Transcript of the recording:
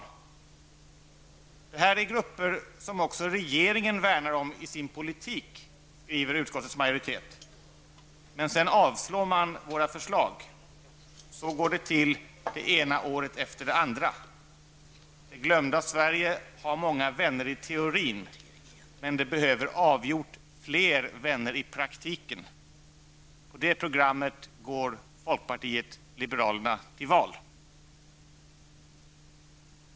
Det här är grupper som också regeringen värnar om i sin politik, skriver utskottets majoritet. Men sedan avstyrker man våra förslag. Så går det till det ena året efter det andra. Det glömda Sverige har många vänner i teorin, men det behöver avgjort fler vänner i praktiken. På det programmet går folkpartiet liberalerna till val.